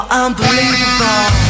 unbelievable